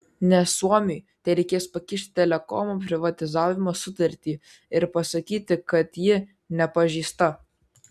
nes suomiui tereikės pakišti telekomo privatizavimo sutartį ir pasakyti kad ji nepažeista